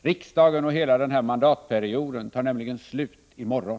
Riksmötet och hela denna mandatperiod tar nämligen i praktiken slut i morgon.